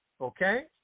okay